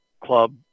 Club